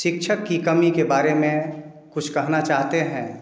शिक्षक की कमी के बारे में कुछ कहना चाहते हैं